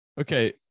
Okay